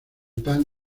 pan